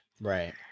Right